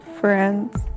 friends